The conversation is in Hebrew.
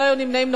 לא היו נמנעים.